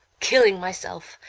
killing myself,